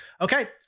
Okay